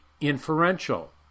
inferential